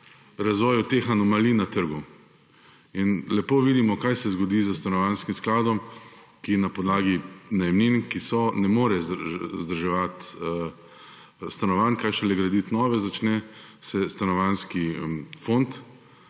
razvoju teh anomalij na trgu. Lepo vidimo, kaj se zgodi s stanovanjskim skladom, ki na podlagi najemnin, ki so, ne more vzdrževati stanovanj, kaj šele graditi novih – stanovanjski fond